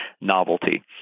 novelty